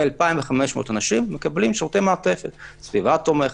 כ-2,500 אנשים מקבלים שירותי מעטפת - סביבה תומכת,